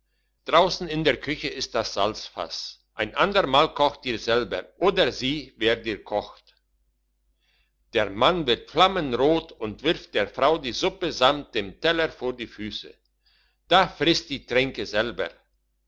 draussen in der küche ist das salzfass ein ander mal koch dir selber oder sieh wer dir kocht der mann wird flammenrot und wirft der frau die suppe samt dem teller vor die füsse da friss die tränke selber